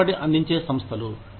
ఇష్టపడి అందించే సంస్థలు